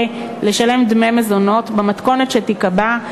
לשלם גם בתקופה הזאת דמי מזונות במתכונת שתיקבע.